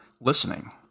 listening